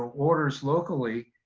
orders locally,